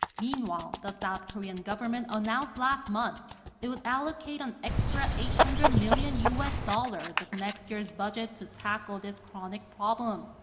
meanwhile. the south korean government announced last month it would allocate an extra eight hundred million u s. dollars of next year's budget to tackle this chronic problem.